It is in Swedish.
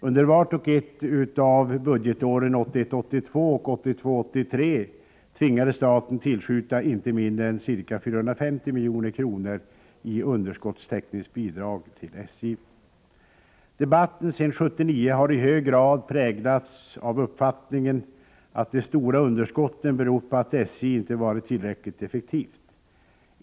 Under vart och ett av budgetåren 1981 83 tvingades staten tillskjuta inte mindre än ca 450 milj.kr. i underskottstäckningsbidrag till SJ. Debatten sedan 1979 har i hög grad präglats av uppfattningen att de stora underskotten berott på att SJ inte varit tillräckligt effektivt.